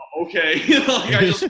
okay